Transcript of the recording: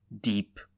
deep